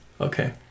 okay